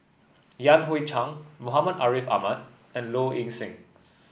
Yan Hui Chang Muhammad Ariff Ahmad and Low Ing Sing